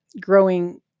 growing